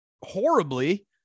horribly